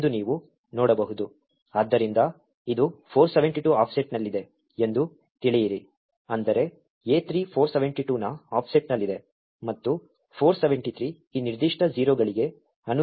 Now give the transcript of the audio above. ಆದ್ದರಿಂದ ಇದು 472 ಆಫ್ಸೆಟ್ನಲ್ಲಿದೆ ಎಂದು ತಿಳಿಯಿರಿ ಅಂದರೆ A3 472 ನ ಆಫ್ಸೆಟ್ನಲ್ಲಿದೆ ಮತ್ತು 473 ಈ ನಿರ್ದಿಷ್ಟ 0 ಗಳಿಗೆ ಅನುರೂಪವಾಗಿದೆ